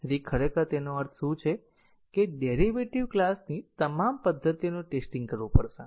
ખરેખર તેનો અર્થ શું છે કે ડેરીવેટીવ ક્લાસની તમામ પદ્ધતિઓનું ટેસ્ટીંગ કરવું પડશે